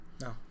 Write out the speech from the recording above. no